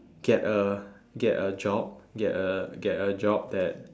get a get a job get a get a job that